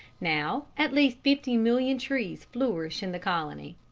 now at least fifty million trees flourish in the colony.